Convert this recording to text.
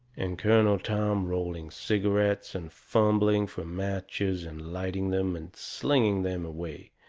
and colonel tom rolling cigarettes and fumbling fur matches and lighting them and slinging them away.